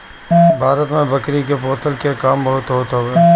भारत में बकरी के पोषला के काम बहुते होत हवे